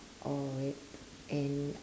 or wait and